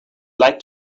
like